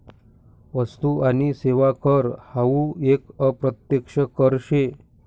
वस्तु आणि सेवा कर हावू एक अप्रत्यक्ष कर शे